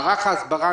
מערך ההסברה,